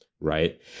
right